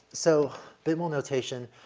so bit more notation,